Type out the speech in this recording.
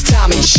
Tommy